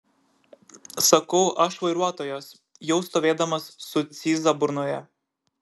sakau aš vairuotojas jau stovėdamas su cyza burnoje